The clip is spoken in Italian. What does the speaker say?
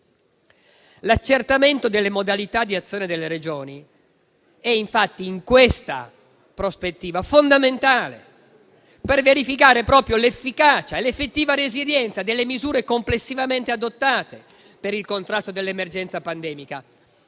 L'accertamento delle modalità di azione delle Regioni infatti, in questa prospettiva, è fondamentale per verificare proprio l'efficacia e l'effettiva resilienza delle misure complessivamente adottate per il contrasto dell'emergenza pandemica,